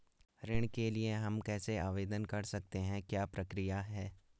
ऋण के लिए हम कैसे आवेदन कर सकते हैं क्या प्रक्रिया है?